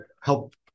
help